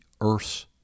Earth's